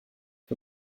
für